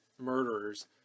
murderers